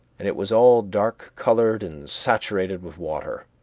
and it was all dark-colored and saturated with water.